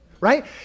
right